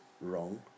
wrong